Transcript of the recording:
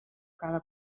cada